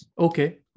Okay